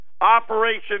Operation